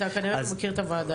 אתה כנראה לא מכיר את הוועדה,